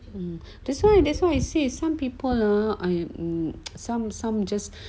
um that's why that's why I say some people I am some some just